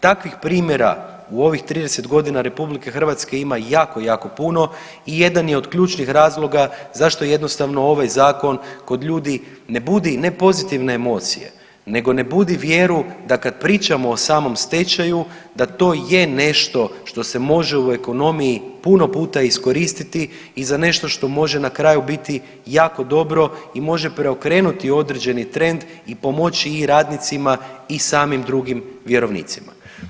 Takvih primjera u ovih 30 godina Republike Hrvatske ima jako, jako puno i jedan je od ključnih razloga zašto jednostavno ovaj zakon kod ljudi ne budi ne pozitivne emocije, nego ne budi vjeru da kad pričamo o samom stečaju da to je nešto što se može u ekonomiji puno puta iskoristiti i za nešto što može na kraju biti jako dobro i može preokrenuti određeni trend i pomoći i radnicima i samim drugim vjerovnicima.